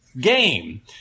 game